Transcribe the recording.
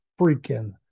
freaking